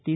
T